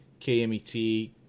KMET